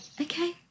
okay